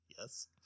yes